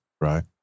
Right